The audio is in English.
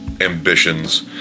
ambitions